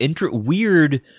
weird